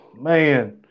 man